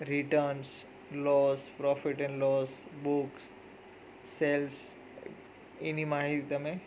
returns loss profit and loss books sales એની માહિતી તમે